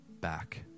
back